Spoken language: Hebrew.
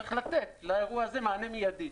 צריך לתת לאירוע הזה מענה מידי.